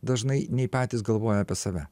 dažnai nei patys galvoja apie save